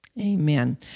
Amen